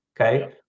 okay